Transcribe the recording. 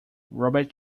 robert